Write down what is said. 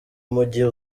mugihe